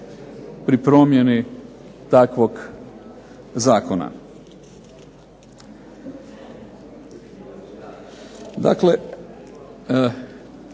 pri promjeni takvog zakona.